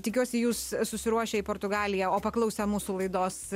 tikiuosi jūs susiruošę į portugaliją o paklausę mūsų laidos